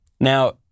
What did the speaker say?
Now